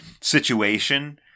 situation